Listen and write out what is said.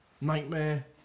Nightmare